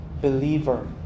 believer